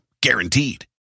guaranteed